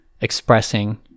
expressing